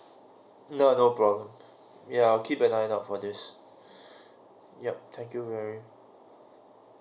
no no problem yeah I'll keep an eye out for this yup thank you very